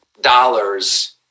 dollars